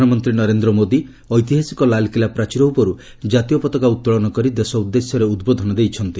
ପ୍ରଧାନମନ୍ତ୍ରୀ ନରେନ୍ଦ୍ର ମୋଦି ଐତିହାସିକ ଲାଲ୍କିଲ୍ଲା ପ୍ରାଚୀର ଉପରୁ କାତୀୟ ପତାକା ଉତ୍ତୋଳନ କରି ଦେଶ ଉଦ୍ଦେଶ୍ୟରେ ଉଦ୍ବୋଧନ ଦେଇଛନ୍ତି